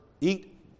eat